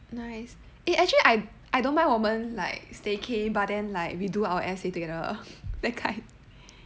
nice eh actually I I don't mind 我们 like staycay but then like we do our essay together that kind